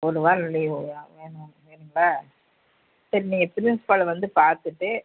ஒரு வாரம் லீவு வேணும் வேணும்ங்களா சரி நீங்கள் பிரின்சிபாலை வந்து பார்த்துட்டு